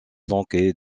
flanqué